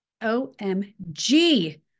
OMG